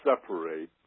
separate